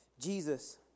Jesus